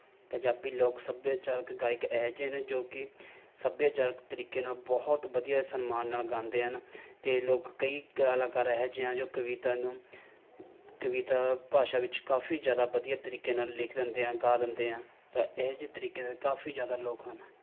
ਪੰਜਾਬੀ ਲੋਕ ਸੱਭਿਆਚਾਰਕ ਗਾਇਕ ਇਹੋ ਜਿਹੇ ਨੇ ਜੋ ਕਿ ਸੱਭਿਆਚਾਰਕ ਤਰੀਕੇ ਨਾਲ ਬਹੁਤ ਵਧੀਆ ਸਨਮਾਨ ਨਾਲ ਗਾਉਂਦੇ ਹਨ ਅਤੇ ਲੋਕ ਕਈ ਕਲਾਕਾਰ ਇਹੋ ਜਿਹੇ ਹਨ ਜੋ ਕਵਿਤਾ ਨੂੰ ਕਵਿਤਾ ਭਾਸ਼ਾ ਵਿੱਚ ਕਾਫ਼ੀ ਜ਼ਿਆਦਾ ਵਧੀਆ ਤਰੀਕੇ ਨਾਲ ਲਿਖ ਦਿੰਦੇ ਹੈ ਗਾ ਦਿੰਦੇ ਹੈ ਤਾਂ ਇਹੋ ਜਿਹੇ ਤਰੀਕੇ ਦੇ ਕਾਫੀ ਜ਼ਿਆਦਾ ਲੋਕ ਹਨ